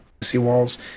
seawalls